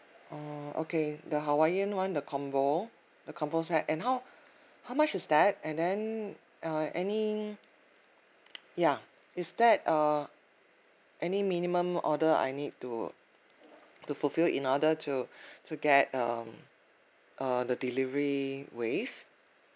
oh okay the hawaiian [one] the combo the combo set and how how much is that and then uh any ya is that err any minimum order I need to to fulfill in order to to get um uh the delivery waived